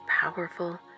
powerful